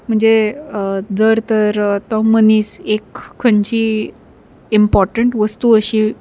म्हणजे जर तर तो मनीस एक खंयची इम्पोर्टंट वस्तू अशी